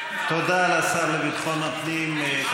אז למה לא ענית לי על השאלה ועל,